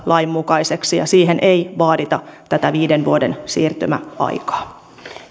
lain mukaiseksi ja siihen ei vaadita tätä viiden vuoden siirtymäaikaa